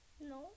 no